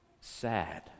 sad